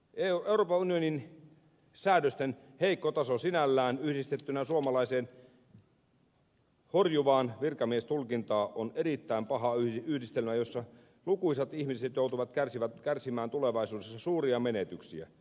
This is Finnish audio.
euroopan unionin säädösten heikko taso sinällään yhdistettynä suomalaiseen horjuvaan virkamiestulkintaan on erittäin paha yhdistelmä jossa lukuisat ihmiset joutuvat kärsimään tulevaisuudessa suuria menetyksiä